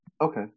Okay